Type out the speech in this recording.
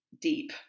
deep